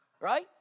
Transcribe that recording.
right